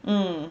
mm